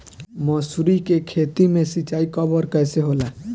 मसुरी के खेती में सिंचाई कब और कैसे होला?